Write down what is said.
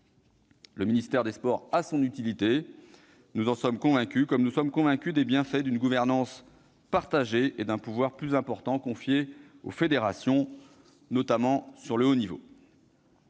Le ministère des sports a son utilité, nous en sommes convaincus, comme nous sommes convaincus des bienfaits d'une gouvernance partagée et d'un pouvoir plus important confié aux fédérations, notamment concernant le haut niveau.